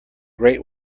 great